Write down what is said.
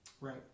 Right